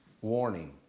warning